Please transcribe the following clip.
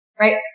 Right